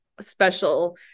special